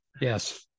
yes